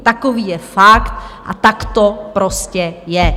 Takový je fakt a tak to prostě je.